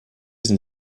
sind